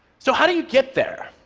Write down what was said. so how do you get there?